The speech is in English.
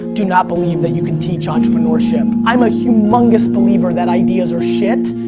do not believe that you can teach entrepreneurship. i'm a humongous believer that ideas are shit,